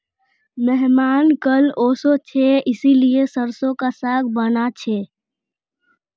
मेहमान कल ओशो छे इसीलिए सरसों का साग बाना छे